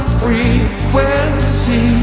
frequency